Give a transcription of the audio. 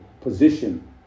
position